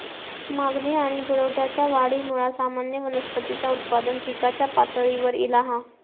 मागणी आणि पुरवठ्याच्या वाढीमुळा सामान्य वनस्पतींचा उत्पादन पिकाच्या पातळीवर ईला हा